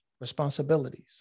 Responsibilities